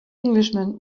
englishman